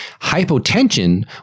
hypotension